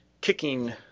kicking